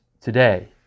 today